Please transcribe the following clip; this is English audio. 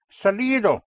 salido